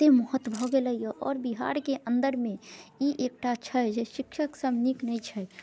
एतेक महत्व भऽ गेलै हँ आओर बिहारके अन्दरमे ई एकटा छै जे शिक्षक सब नीक नहि छै